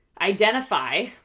Identify